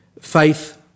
faith